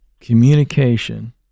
communication